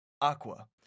Aqua